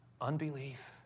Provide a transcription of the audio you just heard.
unbelief